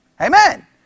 Amen